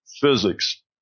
physics